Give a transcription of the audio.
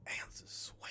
answers